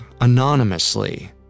anonymously